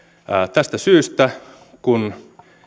tästä syystä kun